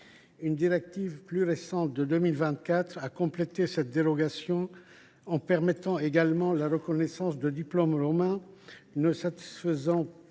Une directive plus récente, de 2024, a complété cette dérogation en permettant la reconnaissance de diplômes roumains ne satisfaisant